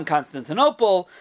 Constantinople